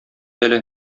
әле